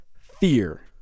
fear